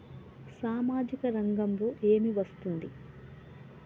సామాజిక రంగంలో ఏమి వస్తుంది?